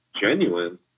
genuine